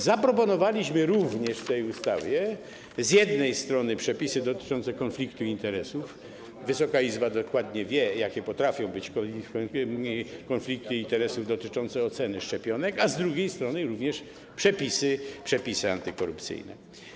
Zaproponowaliśmy również w tej ustawie z jednej strony przepisy dotyczące konfliktu interesów - Wysoka Izba dokładnie wie, jakie potrafią być konflikty interesów dotyczące oceny szczepionek - a z drugiej strony przepisy antykorupcyjne.